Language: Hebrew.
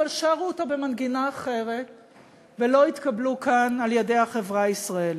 אבל שרו אותה במנגינה אחרת ולא התקבלו כאן על-ידי החברה הישראלית.